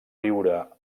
viure